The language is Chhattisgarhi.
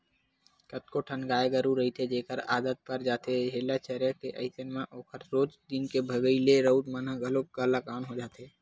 कतको ठन गाय गरु रहिथे जेखर आदत पर जाथे हेल्ला चरे के अइसन म ओखर रोज दिन के भगई ले राउत मन ह घलोक हलाकान हो जाथे